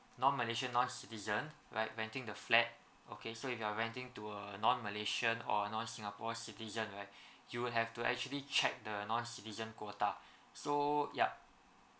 non malaysian non citizen right renting the flat okay so if you are renting to a non malaysian or non singapore citizen right you would have to actually check the non citizen quota so yup